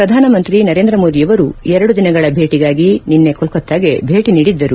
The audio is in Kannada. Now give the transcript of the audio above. ಪ್ರಧಾನಮಂತ್ರಿ ನರೇಂದ್ರ ಮೋದಿಯವರು ಎರಡು ದಿನಗಳ ಭೇಟಗಾಗಿ ನಿನ್ನೆ ಕೊಲ್ಕತ್ತಾಗೆ ಭೇಟ ನೀಡಿದ್ದರು